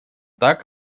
так